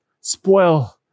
spoil